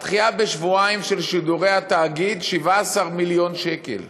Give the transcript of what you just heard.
הדחייה בשבועיים של שידורי התאגיד, 17 מיליון שקל.